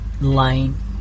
line